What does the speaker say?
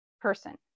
person